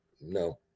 No